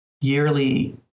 yearly